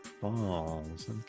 Falls